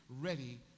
ready